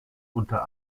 unter